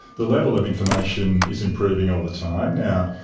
the level of information is improving all the time. now,